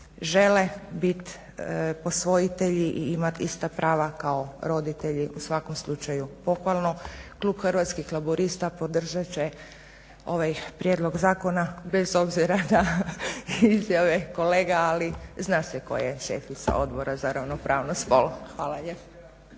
žele bit posvojitelji i imat ista prava kao roditelji u svakom slučaju pohvalno. Klub Hrvatskih laburista podržat će ovaj prijedlog zakona bez obzira na izjave kolega ali zna se tko je šefica Odbora za ravnopravnost spolova. **Leko,